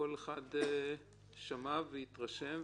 כל אחד שמע והתרשם,